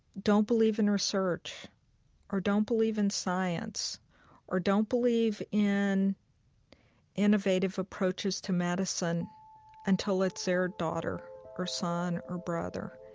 don't believe in research or don't believe in science or don't believe in innovative approaches to medicine until it's their daughter or son or brother.